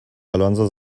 alonso